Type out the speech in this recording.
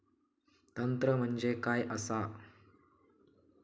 तंत्र म्हणजे काय असा?